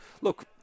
look